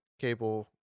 cable